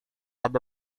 ada